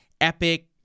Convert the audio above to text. epic